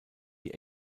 die